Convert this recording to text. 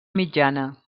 mitjana